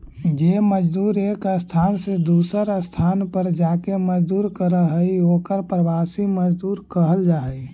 जे मजदूर एक स्थान से दूसर स्थान पर जाके मजदूरी करऽ हई ओकर प्रवासी मजदूर कहल जा हई